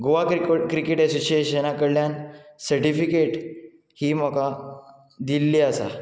गोवा क्रिको क्रिकेट एसोसिएशना कडल्यान सर्टिफिकेट ही म्हाका दिल्ली आसा